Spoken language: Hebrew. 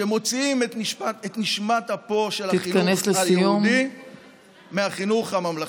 שמוציאים את נשמת אפו של החינוך היהודי מהחינוך הממלכתי.